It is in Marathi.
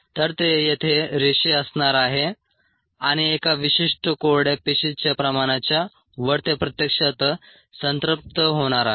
तर ते येथे रेषीय असणार आहे आणि एका विशिष्ट कोरड्या पेशीच्या प्रमाणाच्या वर ते प्रत्यक्षात संतृप्त होणार आहे